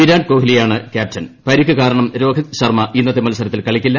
വിരാട് കോഹ്ലിയാണ് ക്യാപ്റ്റൻ പരിക്ക് കാരണം രോഹിത് ശർമ്മ ഇന്നത്തെ മത്സരങ്ങൾ കളിക്കില്ല